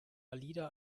alida